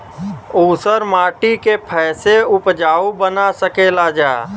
ऊसर माटी के फैसे उपजाऊ बना सकेला जा?